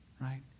Right